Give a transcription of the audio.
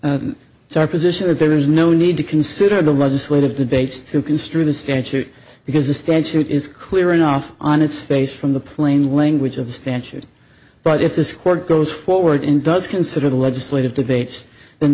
our position that there is no need to consider the legislative debates to construe the statute because the statute is clear enough on its face from the plain language of the statute but if this court goes forward in does consider the legislative debates and